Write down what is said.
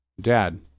Dad